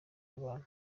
abantu